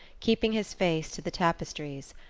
keeping his face to the tapestries,